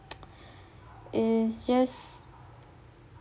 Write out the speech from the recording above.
it's just